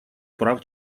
прав